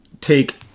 take